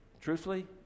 truthfully